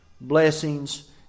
blessings